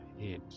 head